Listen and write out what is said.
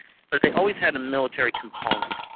but they always had a military component.